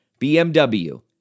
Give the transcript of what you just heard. BMW